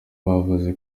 bavuze